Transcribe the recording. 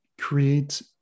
create